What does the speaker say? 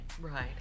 right